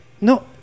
No